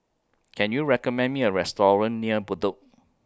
Can YOU recommend Me A Restaurant near Bedok